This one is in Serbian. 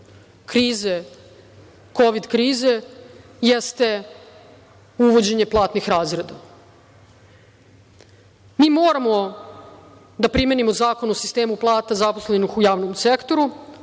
krize, KOVID krize, jeste uvođenje platnih razreda. Mi moramo da primenimo Zakon o sistemu plata zaposlenih u javnom sektoru